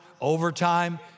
overtime